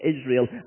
Israel